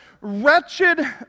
wretched